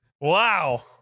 wow